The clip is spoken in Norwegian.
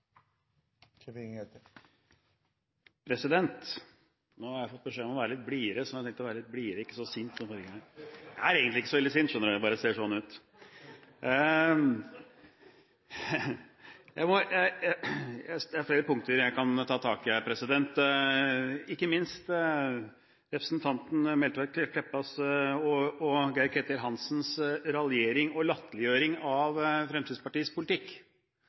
Nå har jeg fått beskjed om å være litt blidere, så nå har jeg tenkt å være litt blidere og ikke så sint som forrige gang, men jeg er egentlig ikke så veldig sint – jeg bare ser sånn ut! Det er flere punkter jeg kan ta tak i her, ikke minst representanten Meltveit Kleppas og Geir-Ketil Hansens raljering og latterliggjøring av Fremskrittspartiets politikk.